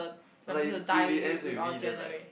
like is if it ends with me then like